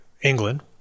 England